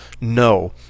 no